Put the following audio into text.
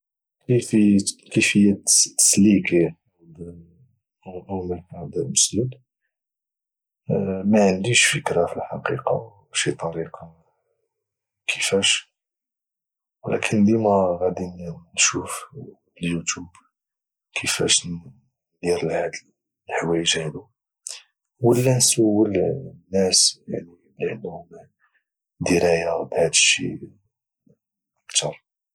كيفيه تسليك حوض او مرحاض مسدود ما عنديش فكرة في الحقيقه شي طريقه كيفاش ولكن ديما غادي نشوف اليوتيوب كيفاش ندير لهذا الحوايج هادو ولى نسول ناس اللي عندهم دراية بهادشي اكتر